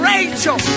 Rachel